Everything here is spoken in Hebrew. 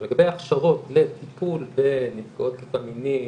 אבל לגבי הכשרות לטיפול בנפגעות תקיפה מינית,